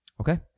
Okay